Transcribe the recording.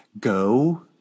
go